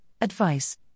advice